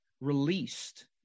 released